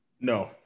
No